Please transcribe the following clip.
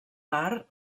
part